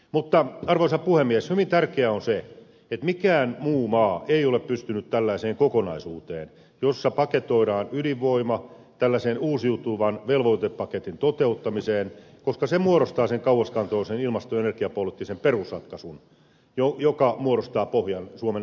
mutta arvoisa puhemies hyvin tärkeää on se että mikään muu maa ei ole pystynyt tällaiseen kokonaisuuteen jossa paketoidaan ydinvoima tällaiseen uusiutuvan velvoitepaketin toteuttamiseen koska se muodostaa sen kauaskantoisen ilmasto ja energiapoliittisen perusratkaisun joka muodostaa pohjan suomen energiapolitiikan tulevaisuudelle